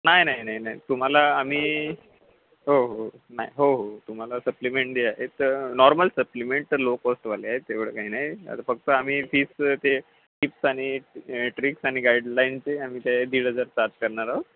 नाही नाही नाही नाही तुम्हाला आम्ही हो हो नाही हो हो तुम्हाला सप्लिमेंट जे आहेत नॉर्मल सप्लिमेंट तर लो कॉस्टवाले आहेत तेवढं काही नाही आता फक्त आम्ही फीसचं ते टिप्स आणि ट्रिक्स आणि गाईडलाईनचे आम्ही ते दीड हजार चार्ज करणार आहोत